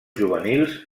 juvenils